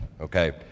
okay